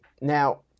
Now